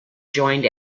joined